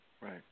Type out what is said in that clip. Right